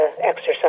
exercise